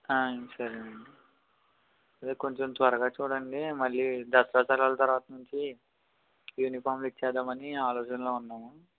సరేనండి అదే కొంచెం త్వరగా చూడండి మళ్ళీ దసరా సెలవల తర్వతా నుంచి యూనిఫామ్లు ఇచ్చేద్దామని ఆలోచనలో ఉన్నాము